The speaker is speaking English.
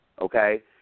okay